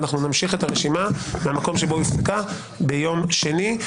ואנחנו נמשיך את הרשימה מהמקום שבו היא הופסקה ביום שני.